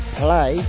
play